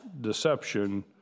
deception